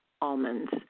almonds